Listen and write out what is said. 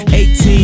18